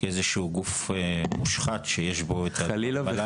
כאיזה שהוא גוף מושחת שיש בו את הדברים הללו.